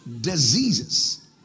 diseases